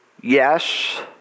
Yes